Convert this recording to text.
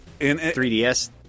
3DS